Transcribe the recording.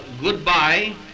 goodbye